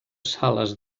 sales